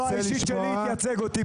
אני בא להציע כאן הצעה פרגמטית,